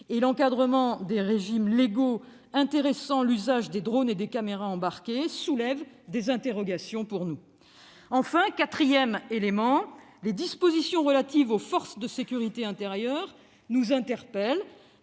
et l'encadrement des régimes légaux intéressant l'usage des drones et des caméras embarquées soulèvent des interrogations pour nous. Quatrièmement, les dispositions relatives aux forces de sécurité intérieure nous interpellent.